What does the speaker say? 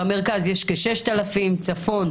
במרכז יש כ-6,000 מיטות, בצפון